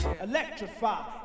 Electrify